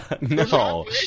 No